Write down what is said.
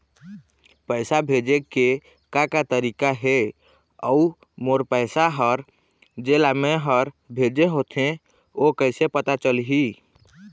पैसा भेजे के का का तरीका हे अऊ मोर पैसा हर जेला मैं हर भेजे होथे ओ कैसे पता चलही?